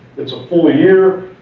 it's a full year,